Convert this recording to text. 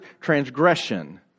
transgression